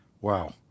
wow